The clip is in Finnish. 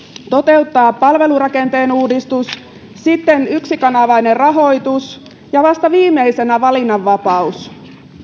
toteuttaa palvelurakenteen uudistus sitten yksikanavainen rahoitus ja vasta viimeisenä valinnanvapaus